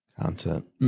content